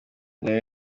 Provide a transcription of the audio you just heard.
nayo